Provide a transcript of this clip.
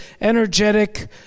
energetic